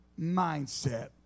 mindset